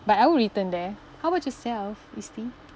but I would return there how about yourself isti